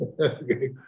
Okay